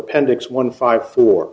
appendix one five four